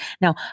Now